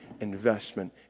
investment